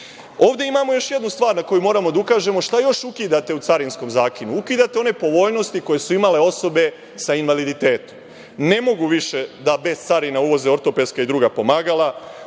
imamo još jednu stvar na koju moramo da ukažemo šta još ukidate u Carinskom zakonu. Ukidate one povoljnosti koje su imale osobe sa invaliditetom. Ne mogu više da bez carina uvoze ortopedska i druga pomagala,